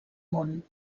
món